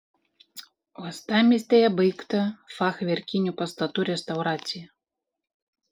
uostamiestyje baigta fachverkinių pastatų restauracija